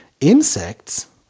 Insects